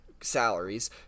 salaries